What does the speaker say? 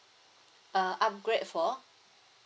uh upgrade for